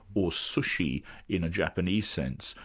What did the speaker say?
or sushi in a japanese sense,